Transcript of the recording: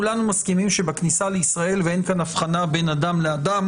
כולנו מסכימים שבכניסה לישראל ואין כאן הבחנה בין אדם לאדם